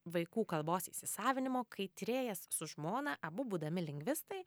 vaikų kalbos įsisavinimo kai tyrėjas su žmona abu būdami lingvistai